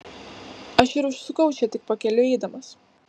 aš ir užsukau čia tik pakeliui eidamas